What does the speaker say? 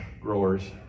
growers